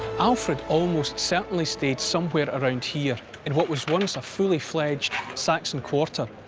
alfred almost certainly stayed somewhere around here in what was once a fully-fledged saxon quarter.